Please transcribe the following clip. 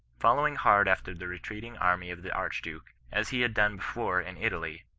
following hard after the retreating army of the archduke, as he had done before in italy,